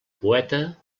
poeta